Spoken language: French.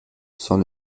sans